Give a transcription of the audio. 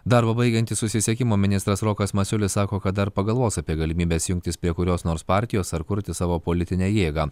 darbą baigiantis susisiekimo ministras rokas masiulis sako kad dar pagalvos apie galimybes jungtis prie kurios nors partijos ar kurti savo politinę jėgą